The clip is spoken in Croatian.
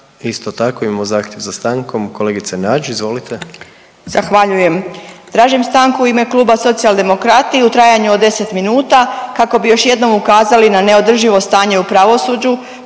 Isto tako imamo zahtjev za stankom kolegice Nađ. Izvolite. **Nađ, Vesna (Socijaldemokrati)** Zahvaljujem. Tražim stanku u ime kluba Socijaldemokrati u trajanju od 10 minuta kako bi još jednom ukazali na neodrživo stanje u pravosuđu